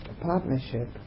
partnership